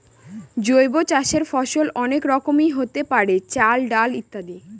জৈব চাষের ফসল অনেক রকমেরই হতে পারে, চাল, ডাল ইত্যাদি